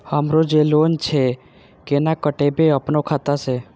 हमरो जे लोन छे केना कटेबे अपनो खाता से?